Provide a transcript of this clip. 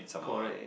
correct